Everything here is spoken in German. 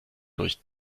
durch